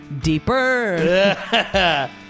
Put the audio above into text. deeper